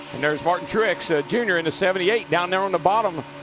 there's martin truex ah jr. in the seventy eight down there on the bottom.